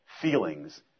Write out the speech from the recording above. feelings